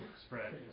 spread